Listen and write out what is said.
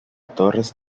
torres